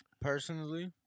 personally